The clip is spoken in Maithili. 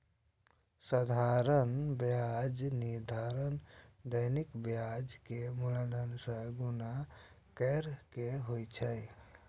साधारण ब्याजक निर्धारण दैनिक ब्याज कें मूलधन सं गुणा कैर के होइ छै